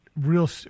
real